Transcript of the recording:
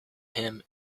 him